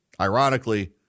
Ironically